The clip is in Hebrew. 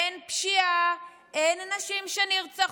אין פשיעה, אין נשים שנרצחות.